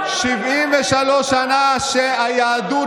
73 שנה שהיהדות,